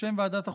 בשם ועדת החוקה,